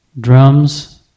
drums